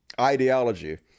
ideology